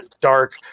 dark